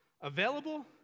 available